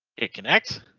it connects.